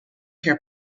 care